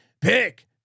Pick